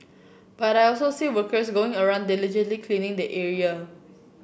but I also see workers going around diligently cleaning the area